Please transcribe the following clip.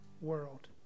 world